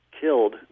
killed